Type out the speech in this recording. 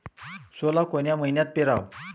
सोला कोन्या मइन्यात पेराव?